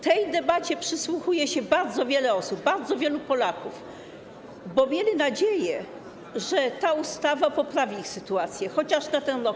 Tej debacie przysłuchuje się bardzo wiele osób, bardzo wielu Polaków, bo mieli nadzieję, że ta ustawa poprawi ich sytuację, chociaż na ten rok.